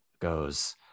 goes